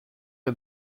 est